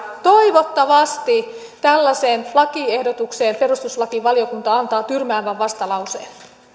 toivottavasti tällaiseen lakiehdotukseen perustuslakivaliokunta antaa tyrmäävän vastalauseen